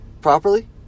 properly